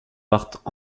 partent